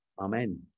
Amen